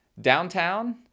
Downtown